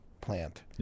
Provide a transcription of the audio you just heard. plant